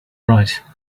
right